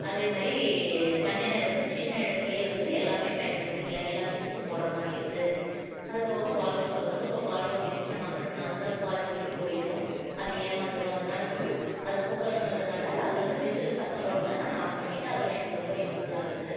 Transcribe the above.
அதேமாதிரி கண்ட்டெய்னர் வந்து சின்ன இடத்துலயே வந்து எல்லாமே பயன்படுத்துக்கலாம் எல்லா திங்ஸும் போடறமாதிரி இருக்குது அதுப்போக பால் குக்கர் வந்து இப்போ பாலை ஊற்றி வெச்சுட்டு நம்ம அக்கட்டு நகந்தா பால் பொங்கி போயிடும் அது ஏமாந்துடும் அதனால் வந்து அது குக்கருங்கிறதுனால அது வந்து விசில் சத்தம் போட்டதும் நாங்கள் ஆஃப் பண்ணிவிட்டு அது எனக்கு ரொம்ப யூஸ்ஃபுல்லாக இருக்குது